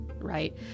right